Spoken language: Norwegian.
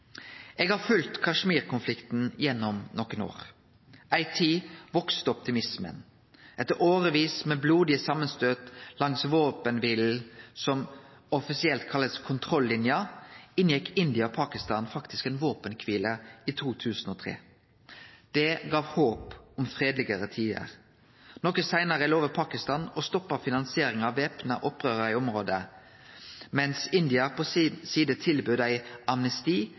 Eg har følgt Kashmir-konflikten gjennom nokre år. Ei tid voks optimismen. Etter årevis med blodige samanstøytar langs våpenkvilelinja, som offisielt blir kalla «kontroll-linja», inngjekk India og Pakistan faktisk ei våpenkvile i 2003. Det gav håp om fredelegare tider. Noko seinare lova Pakistan å stoppe finansieringa av væpna opprørarar i området, mens India på si side tilbaud dei amnesti